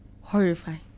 Horrifying